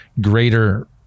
greater